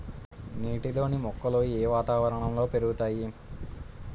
నీటిలోని మొక్కలు ఏ వాతావరణంలో పెరుగుతాయి?